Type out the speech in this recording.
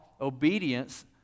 obedience